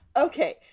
Okay